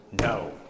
no